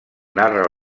narra